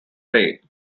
bay